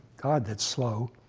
god, that's slow,